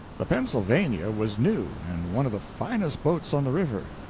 the pennsylvania was new and one of the finest boats on the river.